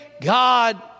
God